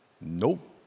Nope